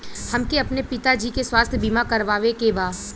हमके अपने पिता जी के स्वास्थ्य बीमा करवावे के बा?